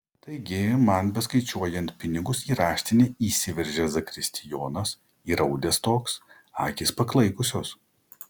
taigi man beskaičiuojant pinigus į raštinę įsiveržė zakristijonas įraudęs toks akys paklaikusios